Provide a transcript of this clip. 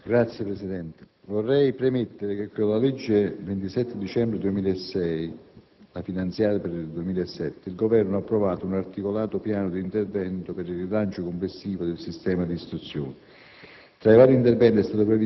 istruzione*. Signor Presidente, vorrei premettere che con la legge 27 dicembre 2006, n. 296 (la finanziaria per il 2007) il Governo ha approvato un articolato piano di interventi per il rilancio complessivo del sistema di istruzione;